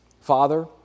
Father